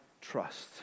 trust